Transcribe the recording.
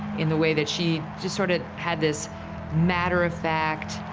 in the way that she just sort of had this matter-of-fact,